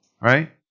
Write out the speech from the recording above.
Right